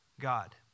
God